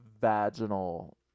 vaginal